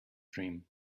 dream